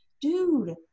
dude